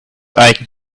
icon